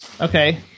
Okay